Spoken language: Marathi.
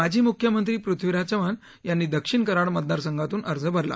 माजी म्ख्यमंत्री पृथ्वीराज चव्हाण यांनी दक्षिण कराड मतदार संघातून अर्ज भरला